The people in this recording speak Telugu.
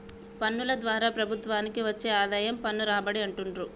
పన్నుల ద్వారా ప్రభుత్వానికి వచ్చే ఆదాయం పన్ను రాబడి అంటుండ్రు